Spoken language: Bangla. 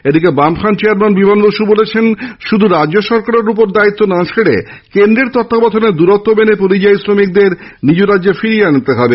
এদিকে বামফ্রন্ট চেয়ারম্যান বিমান বসু বলেন শুধু রাজ্য সরকারের কাছে দায়িত্ব না ছেড়ে কেন্দ্রের তত্বাবধানে দুরত্ব মেনে পরিযায়ী শ্রমিকদের নিজেদের রাজ্যে ফেরাতে হবে